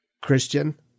Christian